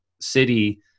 city